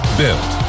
built